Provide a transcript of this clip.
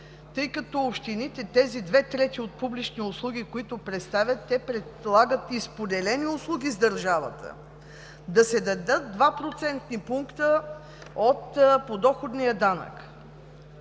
тъй като общините, тези две трети от публични услуги, които представят, те предлагат и споделени услуги с държавата, да се дадат два процентни пункта от подоходния данък.